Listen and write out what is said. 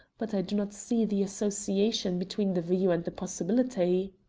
but i do not see the association between the view and the possibility.